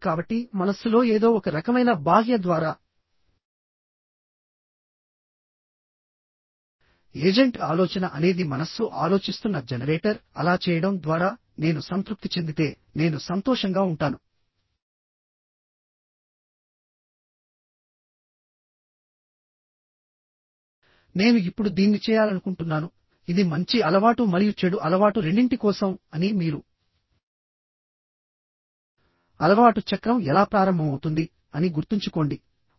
సరే కాబట్టి మనస్సులో ఏదో ఒక రకమైన బాహ్య ద్వారా ఏజెంట్ ఆలోచన అనేది మనస్సు ఆలోచిస్తున్న జనరేటర్అలా చేయడం ద్వారా నేను సంతృప్తి చెందితే నేను సంతోషంగా ఉంటాను నేను ఇప్పుడు దీన్ని చేయాలనుకుంటున్నానుఇది మంచి అలవాటు మరియు చెడు అలవాటు రెండింటి కోసం అని మీరు అలవాటు చక్రం ఎలా ప్రారంభమవుతుంది అని గుర్తుంచుకోండి